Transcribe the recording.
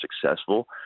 successful